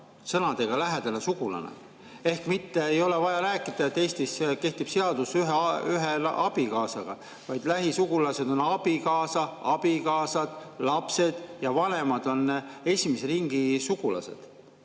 sõnadega "lähedane sugulane". Ehk mitte ei ole vaja rääkida, et Eestis kehtib seadus ühe abikaasaga, vaid lähisugulased on abikaasa, lapsed ja vanemad. Need on esimese ringi sugulased.